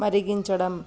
మరిగించడం